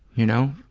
you know?